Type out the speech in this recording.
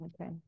okay